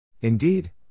Indeed